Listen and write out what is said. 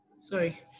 sorry